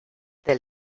del